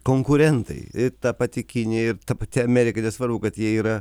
konkurentai ta pati kinija ir ta pati amerika nesvarbu kad jie yra